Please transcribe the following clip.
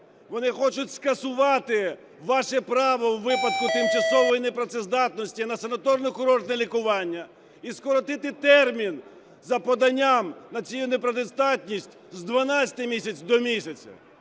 вони хочуть скасувати ваше право у випадку тимчасової непрацездатності на санаторно-курортне лікування і скоротити термін за поданням на цю непрацездатність з 12 місяців до місяця.